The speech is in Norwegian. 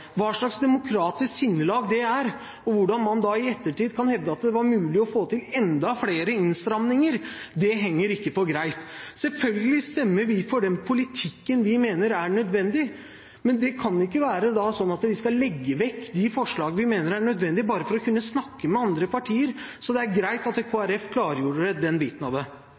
Hva slags demokratisk sinnelag det er, og hvordan man da i ettertid kan hevde at det var mulig å få til enda flere innstramninger – det henger ikke på greip. Selvfølgelig stemmer vi for den politikken vi mener er nødvendig, men det kan ikke være sånn at vi skal legge vekk de forslag vi mener er nødvendig, bare for å kunne snakke med andre partier. Så det er greit at Kristelig Folkeparti klargjorde den biten av det.